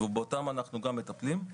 ובהם אנחנו גם מטפלים.